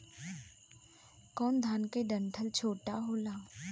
कौन धान के डंठल छोटा होला?